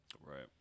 Right